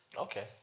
Okay